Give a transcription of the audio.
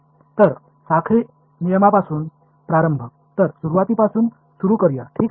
तर साखळी नियमापासून प्रारंभ तर सुरुवातीपासून सुरु करूया ठीक आहे